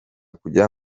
kujya